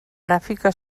gràfica